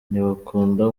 ntibakunda